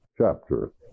chapter